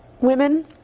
women